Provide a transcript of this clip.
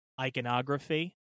iconography